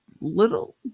little